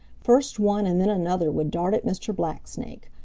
first one and then another would dart at mr. blacksnake,